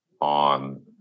on